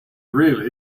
really